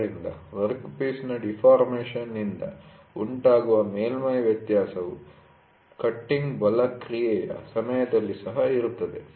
ಆದ್ದರಿಂದ ವರ್ಕ್ಪೀಸ್ನ ಡಿಫಾರ್ಮೇಶನ್'ನಿಂದ ಉಂಟಾಗುವ ಮೇಲ್ಮೈ ವ್ಯತ್ಯಾಸವು ಕಟ್ಟಿಂಗ್ ಬಲ ಕ್ರಿಯೆಯ ಸಮಯದಲ್ಲಿ ಸಹ ಇರುತ್ತದೆ